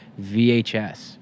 VHS